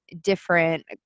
different